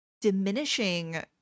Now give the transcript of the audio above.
diminishing